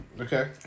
Okay